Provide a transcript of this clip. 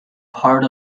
part